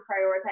prioritize